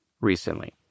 recently